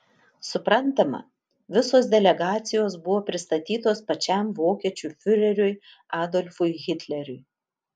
suprantama visos delegacijos buvo pristatytos pačiam vokiečių fiureriui adolfui hitleriui